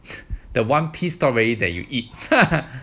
the one piece strawberry that you eat